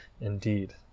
indeed